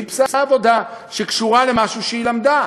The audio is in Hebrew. חיפשה עבודה שקשורה למשהו שהיא למדה,